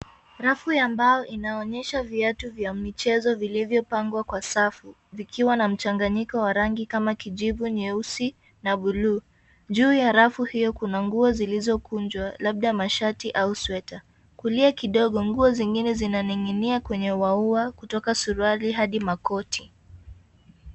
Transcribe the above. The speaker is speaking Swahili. Rafu ya mbao inaonyesha viatu vya michezo vilivyopangwa kwa safu vikiwa na mchanganyiko wa rangi kama kijivu nyeusi na buluu. Juu ya rafu hiyo kuna nguo zilizokunjwa, labda mashati au sweta. Kulia kidogo, nguo zingine zinaning'inia kwenye uaua kutoka suruali hadi makoti.